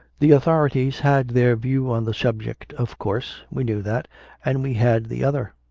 the authorities had their view on the subject, of course we knew that and we had the other.